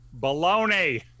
Baloney